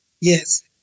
Yes